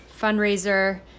fundraiser